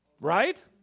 Right